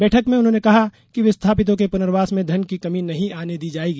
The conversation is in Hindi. बैठक में उन्होंने कहा कि विस्थापितों के पुनर्वास में धन की कमी नहीं आने दी जायेगी